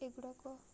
ଏଗୁଡ଼ାକ